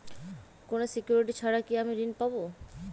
কোনো সিকুরিটি ছাড়া কি আমি ঋণ পাবো?